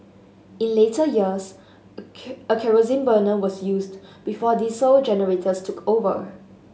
in later years a kerosene burner was used before diesel generators took over